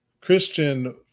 christian